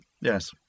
Yes